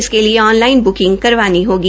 इसके लिए online booking करवानी होगी